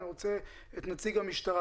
אני רוצה להעלות את נציג המשטרה,